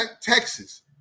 Texas